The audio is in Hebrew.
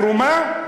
תרומה?